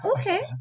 Okay